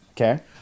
Okay